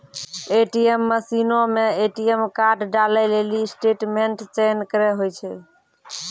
ATM मशीनो मे ATM card डालै लेली स्टेटमेंट चयन करे होय छै